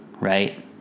Right